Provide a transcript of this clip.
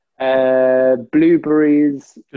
Blueberries